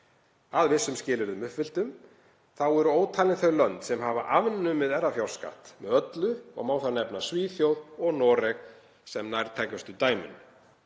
að vissum skilyrðum uppfylltum. Þá eru ótalin þau lönd sem hafa afnumið erfðafjárskatt með öllu og má þar nefna Svíþjóð og Noreg sem nærtækustu dæmin.